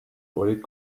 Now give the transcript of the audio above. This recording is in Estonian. olid